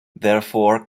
therefore